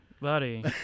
Buddy